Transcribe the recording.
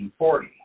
1940